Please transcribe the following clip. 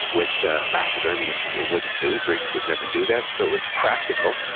which macedonians wouldn't do, greeks would never do that. so, it was practical.